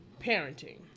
parenting